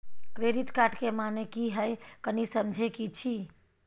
Credit card के माने की हैं, कनी समझे कि छि?